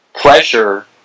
pressure